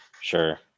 Sure